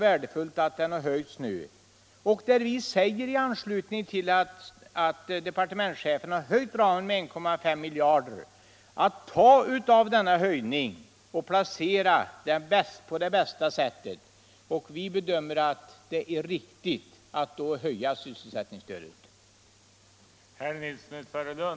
Alla är ju överens om att det är värdefullt att departementschefen höjt ramen med 1,5 miljarder, och vi bedömer det som riktigt att då öka sysselsättningsstödet.